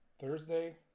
Thursday